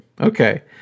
Okay